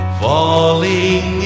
falling